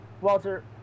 Walter